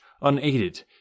unaided